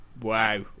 wow